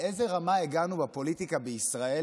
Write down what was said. לאיזו רמה הגענו בפוליטיקה בישראל?